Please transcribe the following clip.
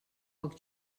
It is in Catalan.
pocs